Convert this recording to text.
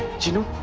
genie!